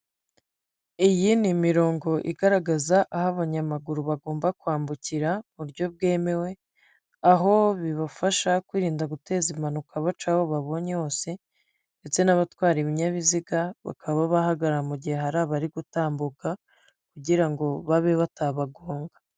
Iyi ni imi mirongo igaragaza aho abanyamaguru bagomba kwambukira muburyo bwemewe aho bibafasha kwirinda guteza impanuka baca aho babonye hose ndetse n'abatwara ibinyabiziga bakaba bahagarara mu gihe hari abari gutambuka kugira ngo babe batabagonga.